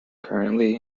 currently